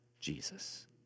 Jesus